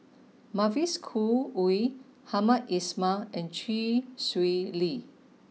Mavis Khoo Oei Hamed Ismail and Chee Swee Lee